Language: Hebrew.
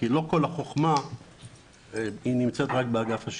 כי לא כל החוכמה נמצאת רק באגף השיקום.